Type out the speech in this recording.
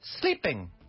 sleeping